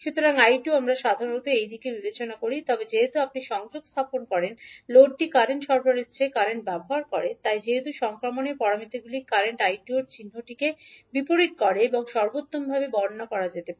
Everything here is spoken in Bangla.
সুতরাং 𝐈2 আমরা সাধারণত এই দিকে বিবেচনা করি তবে যেহেতু আপনি সংযোগ স্থাপন করেন লোডটি কারেন্ট সরবরাহের চেয়ে কারেন্ট ব্যবহার করে তাই যেহেতু সংক্রমণের প্যারামিটারগুলি কারেন্ট 𝐈2 এর চিহ্নটিকে বিপরীত করে সর্বোত্তমভাবে বর্ণনা করা যেতে পারে